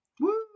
Woo